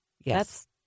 yes